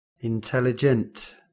Intelligent